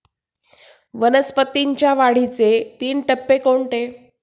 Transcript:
वनस्पतींच्या वाढीचे तीन टप्पे कोणते?